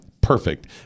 Perfect